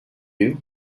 you